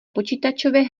počítačové